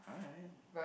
alright